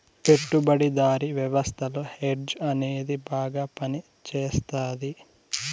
పెట్టుబడిదారీ వ్యవస్థలో హెడ్జ్ అనేది బాగా పనిచేస్తది